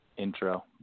intro